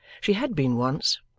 she had been once.